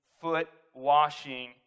foot-washing